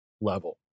level